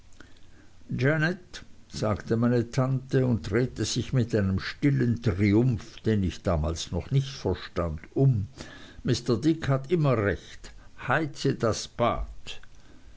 janet sagte meine tante und drehte sich mit einem stillen triumph den ich damals noch nicht verstand um mr dick hat immer recht heize das bad